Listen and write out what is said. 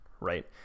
right